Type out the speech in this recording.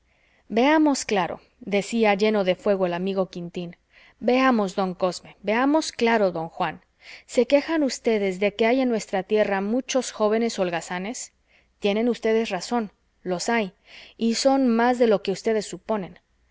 veamos claro decía lleno de fuego el amigo quintín veamos don cosme veamos claro don juan se quejan ustedes de que hay en nuestra tierra muchos jóvenes holgazanes tienen ustedes razón los hay y son más de los que ustedes suponen